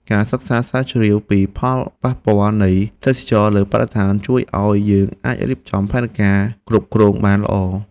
ការសិក្សាស្រាវជ្រាវពីផលប៉ះពាល់នៃទេសចរណ៍លើបរិស្ថាន ជួយឱ្យយើងអាចរៀបចំផែនការគ្រប់គ្រងបានល្អ។